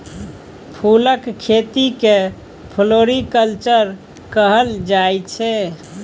फुलक खेती केँ फ्लोरीकल्चर कहल जाइ छै